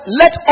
let